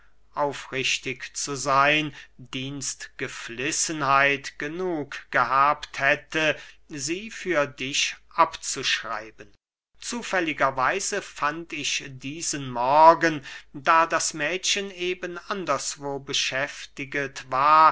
aufrichtig zu seyn dienstgeflissenheit genug gehabt hätte sie für dich abzuschreiben zufälliger weise fand ich diesen morgen da das mädchen eben anderswo beschäftiget war